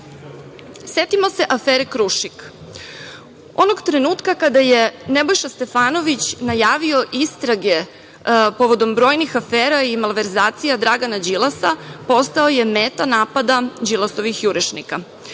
laž. Setimo se afere „Krušik“. Onog trenutka kada je Nebojša Stefanović najavio istrage povodom brojnih afera i malverzacija Dragana Đilasa, postao je meta napada Đilasovih jurišnika. Njihov